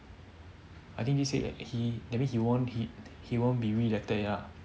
I think this year he that means he won't be reelected already ah